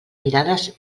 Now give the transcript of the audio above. mirades